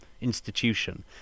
institution